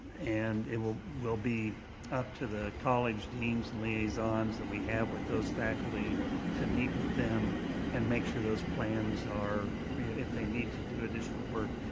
and it will will be up to the college deans and liaisons that we have with those faculty to meet with them and make sure those plans are if they need to do additional work,